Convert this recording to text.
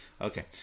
Okay